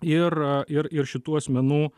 ir ir ir šitų asmenų